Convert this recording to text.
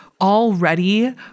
already